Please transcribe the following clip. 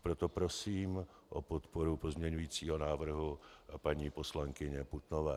Proto prosím o podporu pozměňujícího návrhu paní poslankyně Putnové.